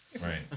Right